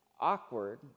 awkward